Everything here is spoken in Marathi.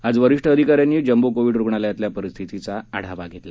आज वरिष्ठ अधिकाऱ्यांनी जम्बो कोविड रुग्णालयातल्या परिस्थितीचा आढावा घेतला